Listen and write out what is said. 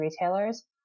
retailers